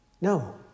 No